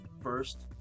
first